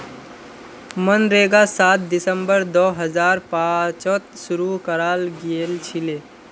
मनरेगा सात दिसंबर दो हजार पांचत शूरू कराल गेलछिले